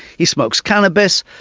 he smokes cannabis,